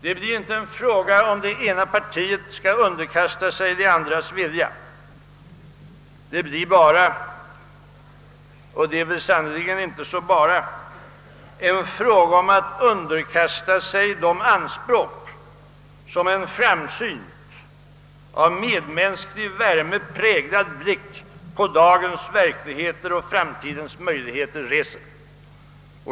Det blir inte en fråga, huruvida det ena partiet skall underkasta sig det andras vilja; det blir bara — och det är sannerligen inte så bara — en fråga om att underkasta sig de anspråk som en framsynt, av medmänsklig värme präglad syn på dagens verklighet och framtidens möjlig heter reser.